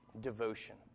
Devotion